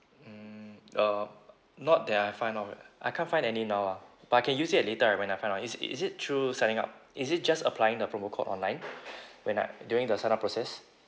mm uh not that I find of I can't find any now lah but I can use it at later right when I find out is it is it through signing up is it just applying the promo code online when I during the sign up process